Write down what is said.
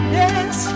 yes